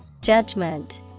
Judgment